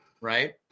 right